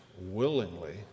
willingly